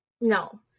no